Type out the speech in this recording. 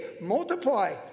Multiply